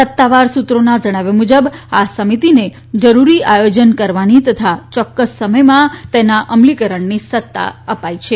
સત્તાવાર સૂત્રોના જણાવ્યા મુજબ આ સમિતિને જરૂરી આયોજન કરવાની તથા યોક્કસ સમયમાં તેના અમલીકરણની સત્તા અપાઇ છે